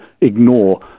ignore